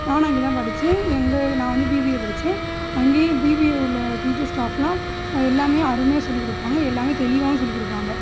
நானும் அங்கே தான் படித்தேன் எங்கள் நான் வந்து பிபிஏ படித்தேன் அங்கேயும் பிபிஏ உள்ள டீச்சர் ஸ்டாஃப்லாம் எல்லாமே அருமையாக சொல்லிக் கொடுப்பாங்க எல்லாமே தெளிவாகவும் சொல்லிக் கொடுப்பாங்க